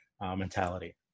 mentality